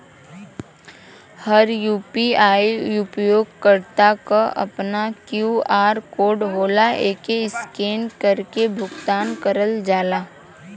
हर UPI उपयोगकर्ता क आपन क्यू.आर कोड होला एके स्कैन करके भुगतान करल जाला